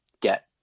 get